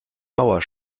mauer